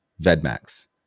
Vedmax